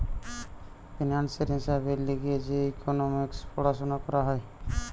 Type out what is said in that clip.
ফিন্যান্সের হিসাবের লিগে যে ইকোনোমিক্স পড়াশুনা করা হয়